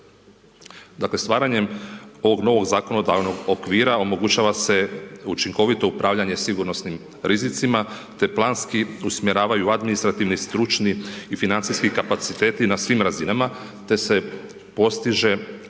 Dakle, stvaranjem ovog novog zakonodavnog okvira, omogućava se učinkovito upravljanje sigurnosnim rizicima, te planski usmjeravaju administrativni, stručni i financijski kapaciteti na svim razinama, te se postiže